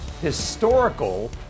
historical